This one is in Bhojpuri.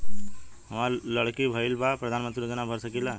हमार लड़की भईल बा प्रधानमंत्री योजना भर सकीला?